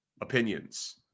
opinions